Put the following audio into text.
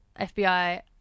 FBI